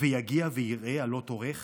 ויגיע ויראה עלות אורך